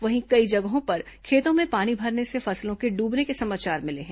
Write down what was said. वहीं कई जगहों पर खेतों में पानी भरने से फसलों के डूबने के समाचार मिले हैं